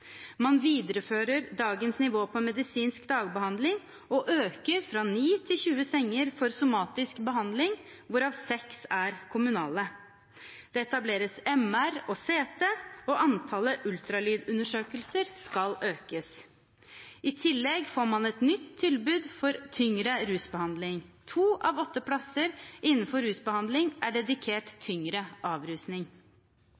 Man viderefører dagens nivå på medisinsk dagbehandling og øker fra 9 til 20 senger for somatisk behandling, hvorav 6 er kommunale. Det etableres MR og CT, og antallet ultralydundersøkelser skal økes. I tillegg får man et nytt tilbud for tyngre rusbehandling. To av åtte plasser innenfor rusbehandling er dedikert